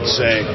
say